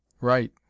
Right